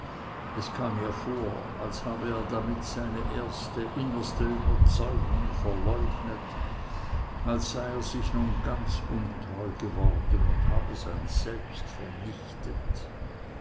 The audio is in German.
es kam ihr vor als habe er damit seine erste innerste überzeugung verleugnet als sei er sich nun ganz untreu geworden und habe sein selbst vernichtet